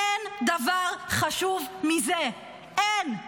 אין דבר חשוב מזה, אין.